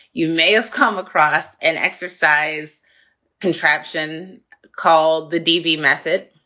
you may have come across an exercise contraption called the d v. method.